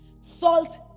Salt